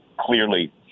clearly